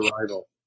Arrival